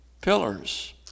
pillars